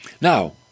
Now